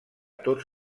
tots